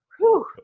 whew